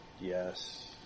yes